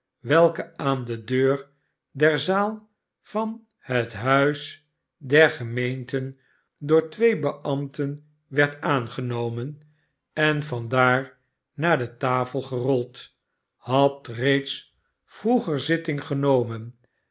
welke aan de deur der zaalvan het huis der gemeenten door twee beambten werd aangenomen en van daar naar de tafel gerold had reeds vroeger zitting genomen